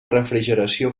refrigeració